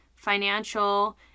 financial